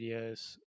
videos